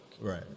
Right